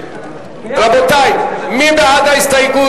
הרשות לקידום מעמד האשה,